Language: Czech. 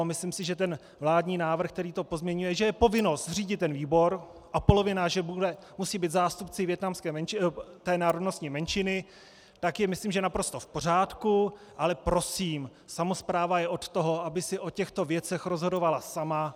Myslím si, že vládní návrh, který to pozměňuje, že je povinnost zřídit ten výbor a polovina že musí být zástupci té národnostní menšiny, tak je, myslím, naprosto v pořádku, ale prosím, samospráva je od toho, aby si o těchto věcech rozhodovala sama.